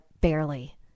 barely